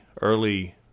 early